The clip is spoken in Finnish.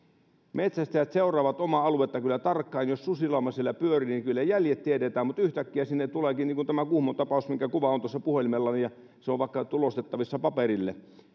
metsästäjät seuraavat omaa aluettaan kyllä tarkkaan ja jos susilauma siellä pyörii niin kyllä jäljet tiedetään mutta yhtäkkiä sinne tuleekin sellainen kuin tämä kuhmon tapaus minkä kuva on tuossa puhelimellani ja se on vaikka tulostettavissa paperille